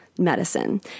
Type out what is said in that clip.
medicine